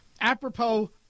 apropos